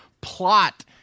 plot